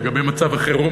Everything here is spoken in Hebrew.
לגבי מצב החירום,